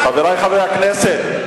חברי חברי הכנסת,